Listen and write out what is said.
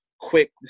quick